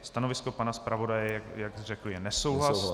Stanovisko pana zpravodaje, jak řekl, je nesouhlas.